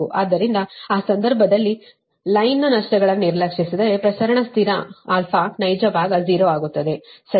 ಆದ್ದರಿಂದ ಆ ಸಂದರ್ಭದಲ್ಲಿ ಲೈನ್ ನ ನಷ್ಟಗಳನ್ನು ನಿರ್ಲಕ್ಷಿಸಿದರೆ ಪ್ರಸರಣ ಸ್ಥಿರ ನ ನೈಜ ಭಾಗ 0 ಆಗುತ್ತದೆ ಸರಿನಾ